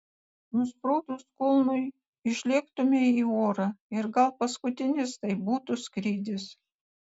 nusprūdus kulnui išlėktumei į orą ir gal paskutinis tai būtų skrydis